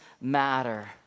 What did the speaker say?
matter